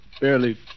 Barely